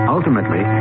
Ultimately